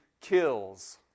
kills